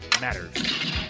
matters